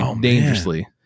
dangerously